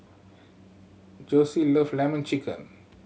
Jossie love Lemon Chicken